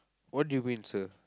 what do you mean sir